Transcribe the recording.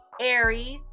Aries